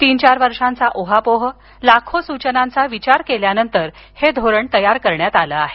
तीन चार वर्षांचा ऊहापोह लाखो सूचनांचा विचार केल्यानंतर हे धोरण तयार करण्यात आलं आहे